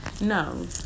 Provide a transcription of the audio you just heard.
No